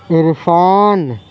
Irfan